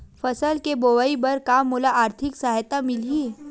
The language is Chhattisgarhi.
फसल के बोआई बर का मोला आर्थिक सहायता मिलही?